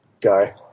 guy